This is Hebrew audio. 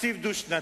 תקציב דו-שנתי.